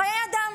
חיי אדם.